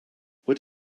what